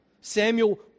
Samuel